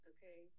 Okay